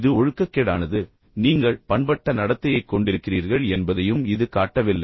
இது ஒழுக்கக்கேடானது நீங்கள் பண்பட்ட நடத்தையைக் கொண்டிருக்கிறீர்கள் என்பதையும் இது காட்டவில்லை